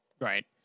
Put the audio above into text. Right